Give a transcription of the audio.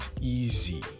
easy